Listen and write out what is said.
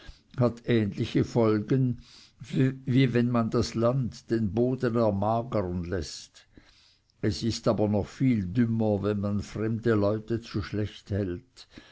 hat ähnliche folgen wie wenn man das land den boden ermagern läßt es ist aber noch viel dümmer wenn man fremde leute zu schlecht hält